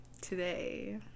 today